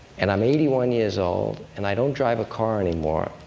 and i'm eighty one years old, and i don't drive a car anymore.